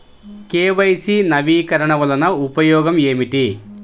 KYC నవీకరణ వలన ఉపయోగం ఏమిటీ?